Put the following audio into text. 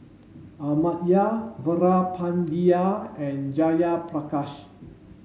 Amartya Veerapandiya and Jayaprakash